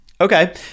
Okay